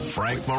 Frank